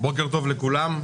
בוקר טוב לכולם.